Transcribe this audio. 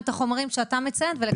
את החומרים שאתה מציין ולקבל תשובה.